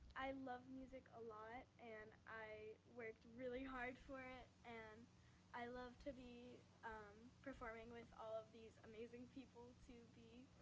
i love music a lot, and i worked really hard for it, and i love to be um performing with all of these amazing people to be